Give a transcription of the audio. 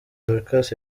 dorcas